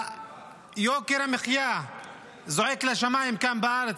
יוקר המחיה זועק לשמיים כאן בארץ.